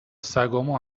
سگامو